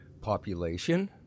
population